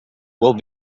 will